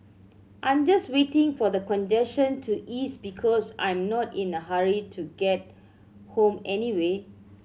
I'm just waiting for the congestion to ease because I'm not in a hurry to get home anyway